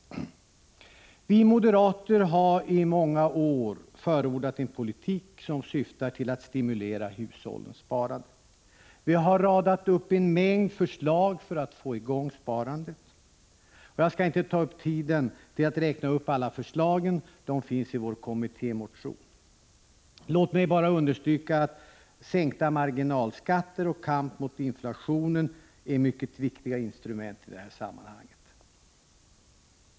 Vi moderater har i många år förordat en politik som syftar till att stimulera hushållssparandet. Vi har radat upp en mängd förslag för att få i gång sparandet. Jag skall inte ta upp tid med att räkna upp alla förslag; de finns i vår kommittémotion. Låt mig bara understryka att sänkt marginalskatt och kampen mot inflationen är mycket viktiga instrument i sammanhanget.